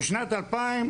בשנת 2000,